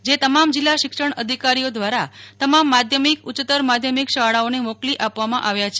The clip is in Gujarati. જે તમામ જિલ્લા શિક્ષણાધિકારીઓ દ્વારા તમામ માધ્યમિક ઉચ્યત્તર માધ્યમિક શાળાઓને મોકલી આપવામાં આવ્યા છે